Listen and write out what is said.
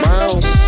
Miles